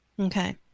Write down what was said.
Okay